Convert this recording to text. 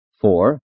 Four